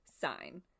sign